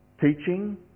teaching